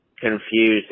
confused